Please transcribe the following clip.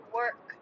work